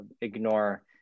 ignore